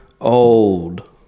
old